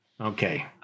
Okay